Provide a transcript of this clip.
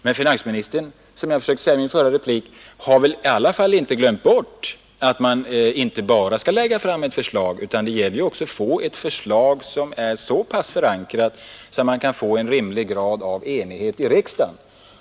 Men finansministern — som jag försökte säga i min förra replik — har väl i alla fall inte glömt bort att man inte bara skall lägga fram ett förslag, utan det gäller ju också att få fram ett förslag som är så pass väl förankrat att man kan få en rimlig grad av enighet i riksdagen.